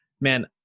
Man